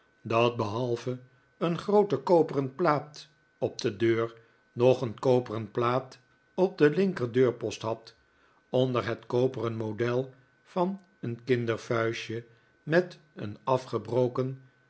dat behalve een groote koperen plaat op de deur nog een koperen plaat op den linkerdeurpost had onder het koperen model van een kindervuistje met een afgebroken